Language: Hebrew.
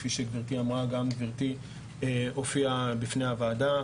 כפי שגברתי אמרה, גם גברתי הופיעה בפני הוועדה.